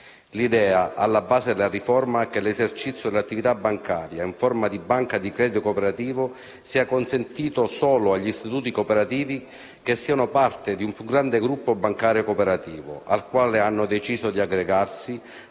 L'idea, alla base della riforma, che l'esercizio dell'attività bancaria in forma di banca di credito cooperativo sia consentito solo agli istituti cooperativi che siano parte di un più grande gruppo bancario cooperativo, al quale hanno deciso di aggregarsi,